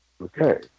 Okay